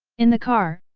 in the car,